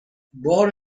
بار